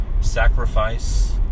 sacrifice